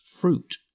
fruit